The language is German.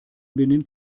benimmt